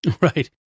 Right